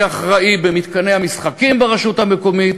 מי אחראי במתקני המשחקים ברשות המקומית,